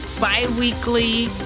bi-weekly